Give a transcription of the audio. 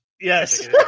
Yes